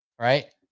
Right